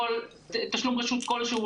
תשלום רשות כלשהו,